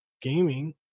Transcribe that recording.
gaming